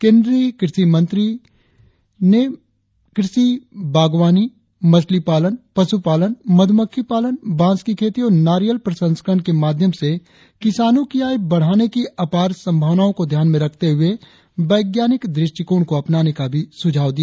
केंद्रीय कृषि मंत्री ने कृषि बागवानी मछली पालन पशु पालन मधु मक्खी पालन बांस की खेती और नारियल प्रशंस्करण के माध्यम से किसानो की आय बढ़ाने की अपार संभावनाओ को ध्यान में रखते हुए वैज्ञानिक दृष्टिकोण को अपनाने का भी सुझाव दिया